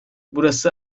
burası